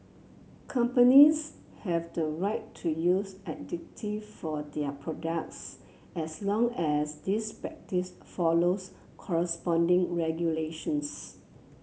companies have the right to use additive for their products as long as this practice follows corresponding regulations